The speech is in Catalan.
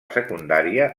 secundària